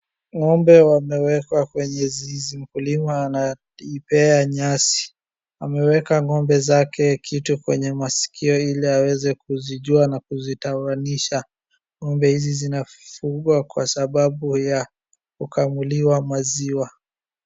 Ng'ombe wamewekwa kwenye zizi, mkulima ana ipea nyasi. Ameweka ng'ombe zake kitu kwenye maskio ili aweze kuzijua na kuzitawanisha. Ng'ombe hizi zinafugwa kwa sababu ya kukamuliwa maziwa.